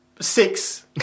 Six